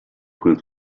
point